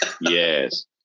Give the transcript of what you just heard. Yes